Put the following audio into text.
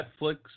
Netflix